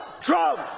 Trump